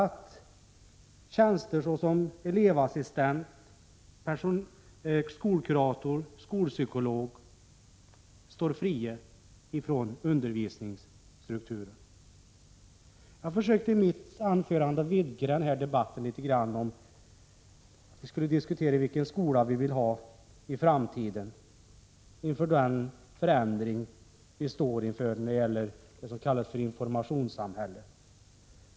Tjänster såsom elevassistenter, skolkuratorer och skolpsykologer står inte fria från undervisningsstrukturen. Jag försökte i mitt anförande att vidga debatten till en diskussion om vilken skola vi vill ha i framtiden, inför den förändring vi står inför med det som kallas informationssamhället.